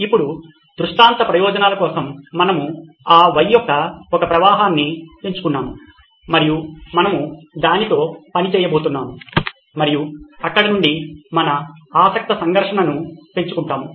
ఇప్పుడు దృష్టాంత ప్రయోజనాల కోసం మనము ఆ Y యొక్క ఒక ప్రవాహాన్ని ఎంచుకున్నాము మరియు మనము దానితో పని చేయబోతున్నాము మరియు అక్కడ నుండి మన ఆసక్తి సంఘర్షణను పెంచుకుంటాము